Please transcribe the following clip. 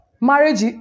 marriage